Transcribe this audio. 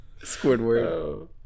Squidward